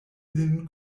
lin